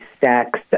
sex